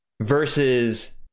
versus